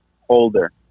holder